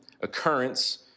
occurrence